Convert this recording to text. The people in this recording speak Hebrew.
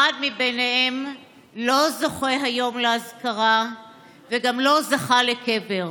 אחד מהם לא זוכה היום לאזכרה וגם לא זכה לקבר.